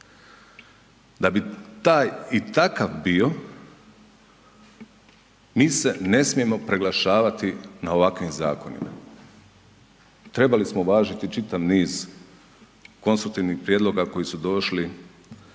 Da bi taj i takav bio mi se ne smijemo preglašavati na ovakvim zakonima, trebali smo uvažiti čitav niz konstruktivnih prijedloga koji su došli,